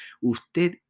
usted